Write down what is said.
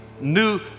new